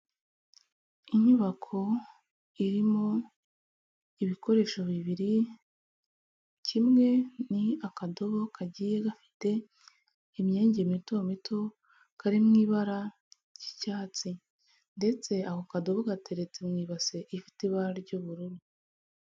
Inyubako irimo ibikoresho bibiri, kimwe ni akadobo kagiye gafite imyenge mito mito kari mu ibara ry'icyatsi ndetse ako kadobo gateretse mu ibase ifite ibara ry'ubururu.